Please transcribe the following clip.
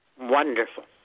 wonderful